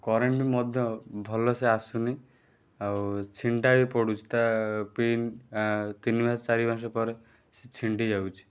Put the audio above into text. current ମଧ୍ୟ ଭଲସେ ଆସୁନି ଆଉ ଛିଣ୍ଡା ବି ପଡ଼ୁଛି ତା ପିନ୍ ତିନି ମାସ ଚାରି ମାସ ପରେ ସେ ଛିଣ୍ଡି ଯାଉଛି